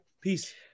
Peace